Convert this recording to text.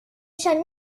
schon